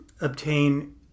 obtain